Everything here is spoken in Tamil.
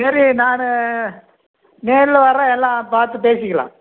சரி நான் நேரில் வர்றேன் எல்லாம் பார்த்து பேசிக்கலாம்